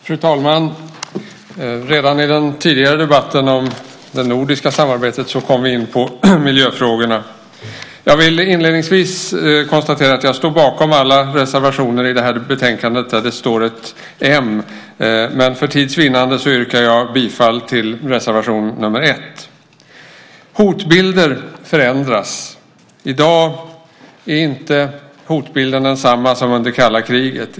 Fru talman! Redan i den tidigare debatten om det nordiska samarbetet kom vi in på miljöfrågorna. Jag vill inledningsvis konstatera att jag står bakom alla de reservationer i detta betänkande där det står ett m, men för tids vinnande yrkar jag bifall endast till reservation nr 1. Hotbilder förändras. I dag är hotbilden inte densamma som under det kalla kriget.